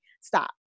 Stop